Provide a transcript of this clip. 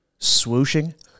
Swooshing